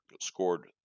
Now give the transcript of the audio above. scored